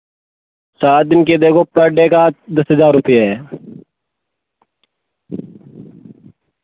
सात दिन के देखो पर डे का दस हज़ार रुपये है